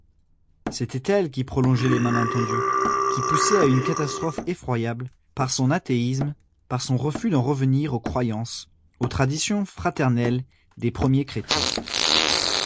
c'était elle qui prolongeait les malentendus qui poussait à une catastrophe effroyable par son athéisme par son refus d'en revenir aux croyances aux traditions fraternelles des premiers chrétiens